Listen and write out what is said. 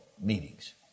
meetings